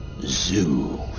zoo